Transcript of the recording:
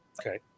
Okay